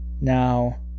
Now